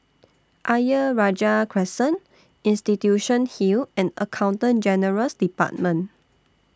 Ayer Rajah Crescent Institution Hill and Accountant General's department